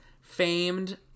Famed